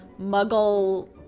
muggle